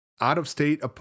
out-of-state